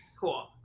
cool